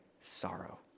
sorrow